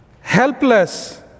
helpless